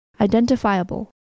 Identifiable